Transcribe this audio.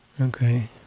Okay